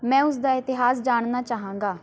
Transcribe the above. ਮੈਂ ਉਸਦਾ ਇਤਿਹਾਸ ਜਾਣਨਾ ਚਾਹਾਂਗਾ